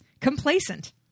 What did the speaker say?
complacent